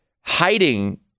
hiding